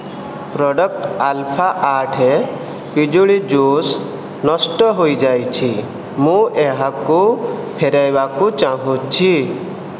product alpha ଆଠ ପିଜୁଳି juice ନଷ୍ଟ ହୋଇଯାଇଛି ମୁଁ ଏହାକୁ ଫେରାଇବାକୁ ଚାହୁଁଛି